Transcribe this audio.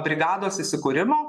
brigados įsikūrimo